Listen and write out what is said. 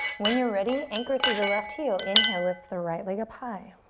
when you're ready, anchor through the left heel. inhale, lift the right leg up high.